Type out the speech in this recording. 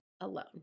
alone